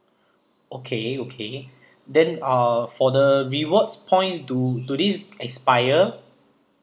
okay okay then uh for the rewards points do do this expire